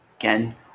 Again